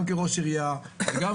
גם כראש עירייה, וגם